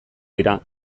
dira